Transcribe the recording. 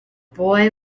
boy